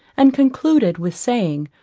and concluded with saying,